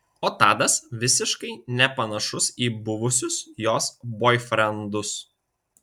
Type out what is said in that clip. o tadas visiškai nepanašus į buvusius jos boifrendus